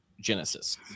Genesis